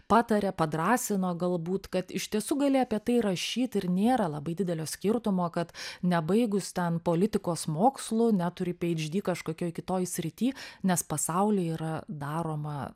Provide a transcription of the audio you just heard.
patarė padrąsino galbūt kad iš tiesų gali apie tai rašyt ir nėra labai didelio skirtumo kad nebaigus ten politikos mokslų neturi phd kažkokioj kitoj srity nes pasauly yra daroma